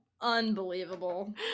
Unbelievable